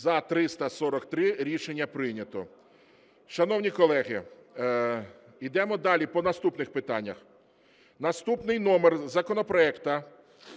За – 343 Рішення прийнято. Шановні колеги, ідемо далі по наступних питаннях. Наступний номер законопроекту…